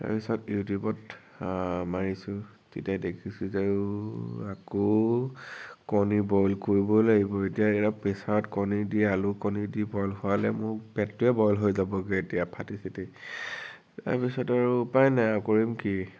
তাৰপিছত ইউটিউবত মাৰিছো তেতিয়া দেখিছো যে ও আকৌ কণী বইল কৰিব লাগিব এতিয়া এইয়ো প্ৰেছাৰত আলু কণী দি বইল হোৱালে মোৰ পেটটোৱে বইল হৈ যাবগে এতিয়া ফাটি ছিটি তাৰপিছত আৰু উপায় নাই আৰু কৰিম কি